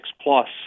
Plus